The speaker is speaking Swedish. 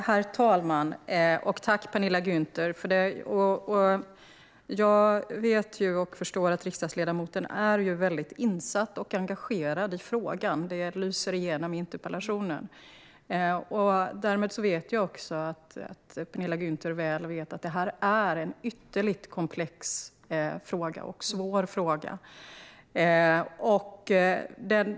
Herr talman! Tack, Penilla Gunther, för frågorna! Jag förstår att riksdagsledamoten är väldigt insatt och engagerad. Det lyser igenom i interpellationen. Därmed vet jag också att hon känner till att detta är en ytterligt komplex och svår fråga.